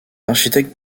architectes